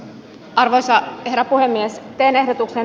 arvoisa puhemies venehdotuksen